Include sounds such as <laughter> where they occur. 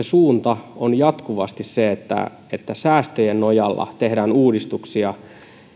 <unintelligible> suunta on jatkuvasti se että että säästöjen nojalla tehdään uudistuksia